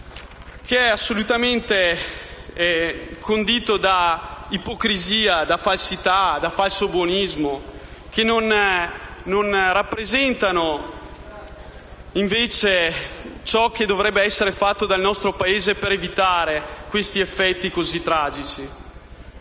della società, condito da ipocrisia, falsità e falso buonismo, che non rappresenta ciò che dovrebbe essere fatto dal nostro Paese per evitare effetti così tragici.